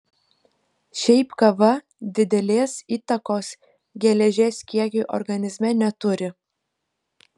šiaip kava didelės įtakos geležies kiekiui organizme neturi